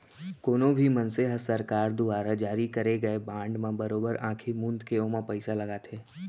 कोनो भी मनसे ह सरकार दुवारा जारी करे गए बांड म बरोबर आंखी मूंद के ओमा पइसा लगाथे